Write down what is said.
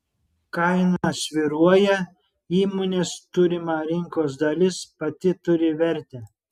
kaina svyruoja įmonės turima rinkos dalis pati turi vertę